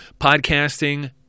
podcasting